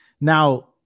Now